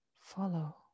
follow